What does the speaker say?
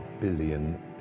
billion